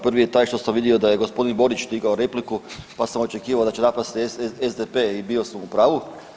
Prvi je taj što sam vidio da je g. Borić digao repliku, pa sam očekivao da će napast SDP i bio sam u pravu.